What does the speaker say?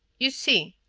you see,